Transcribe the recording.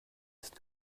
ist